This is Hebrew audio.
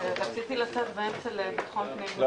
ננעלה בשעה 12:04.